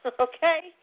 Okay